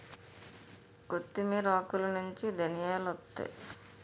కొత్తిమీర ఆకులనుంచి ధనియాలొత్తాయి